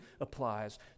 applies